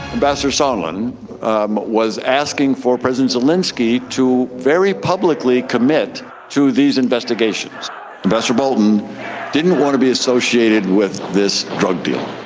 ambassador solomon um was asking for president zelinsky to very publicly commit to these investigations ambassador bolton didn't want to be associated with this drug deal